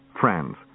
France